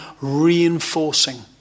reinforcing